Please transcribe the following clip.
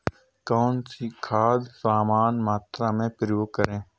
कौन सी खाद समान मात्रा में प्रयोग करें?